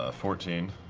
ah fourteen.